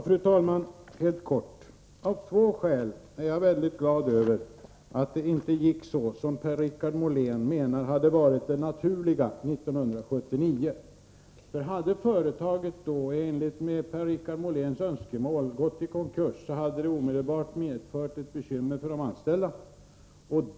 Fru talman! Helt kortfattat: Av två skäl är jag glad över att det inte gick så som Per-Richard Molén menar hade varit det naturliga 1979. Hade företaget då i enlighet med Per-Richard Moléns önskemål gått i konkurs, skulle detta omedelbart ha medfört bekymmer för de anställda.